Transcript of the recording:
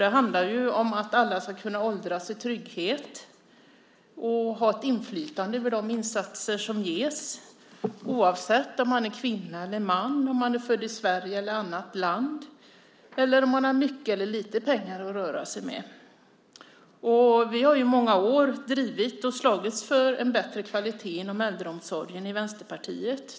Det handlar om att alla ska kunna åldras i trygghet och ha inflytande över de insatser som görs för dem, oavsett om de är kvinnor eller män, om de är födda i Sverige eller i annat land eller om de har mycket eller lite pengar att röra sig med. Vi i Vänsterpartiet har i många år slagits för en bättre kvalitet inom äldreomsorgen.